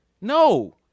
No